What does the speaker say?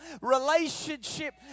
relationship